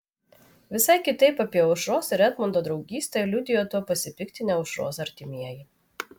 visai kitaip apie aušros ir edmundo draugystę liudijo tuo pasipiktinę aušros artimieji